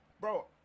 Bro